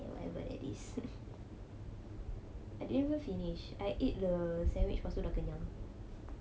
ya whatever it is but I never finish I eat the sandwich also dah kenyang